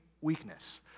weakness